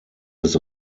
des